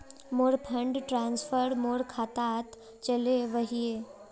मोर fund transfer मोर खातात चले वहिये